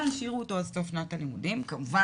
אבל, השאירו אותו עד סוף שנת הלימודים וכמובן